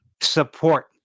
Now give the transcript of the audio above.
support